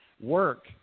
work